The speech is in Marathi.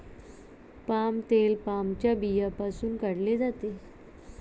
पाम तेल पामच्या बियांपासून काढले जाते